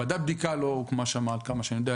ועדת בדיקה לא הוקמה שם עד כמה שאני יודע.